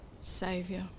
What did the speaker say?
saviour